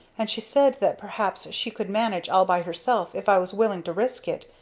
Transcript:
and she said that perhaps she could manage all by herself if i was willing to risk it,